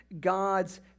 God's